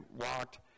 walked